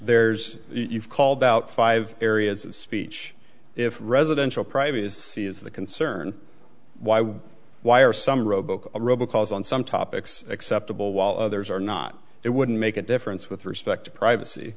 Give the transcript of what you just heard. there's you've called out five areas of speech if residential private is c is the concern why why are some robo robo calls on some topics acceptable while others are not it wouldn't make a difference with respect to privacy